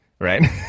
right